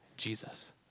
Jesus